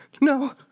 No